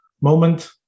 moment